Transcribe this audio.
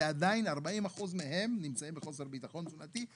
ועדיין 40% מהם נמצאים בחוסר ביטחון תזונתי,